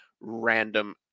Random